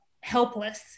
helpless